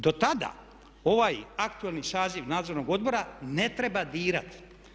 Do tada ovaj aktualni saziv Nadzornog odbora ne treba dirati.